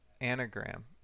anagram